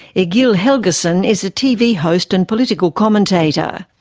egill helgason is a tv host and political commentator.